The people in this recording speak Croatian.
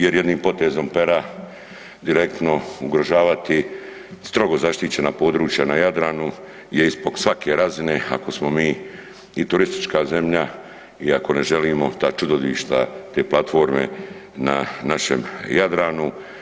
Jer jednim potezom pera direktno ugrožavati strogo zaštićena područja na Jadranu gdje je ispod svake razine ako smo mi i turistička zemlja i ako ne želimo ta čudovišta, te platforme na našem Jadranu.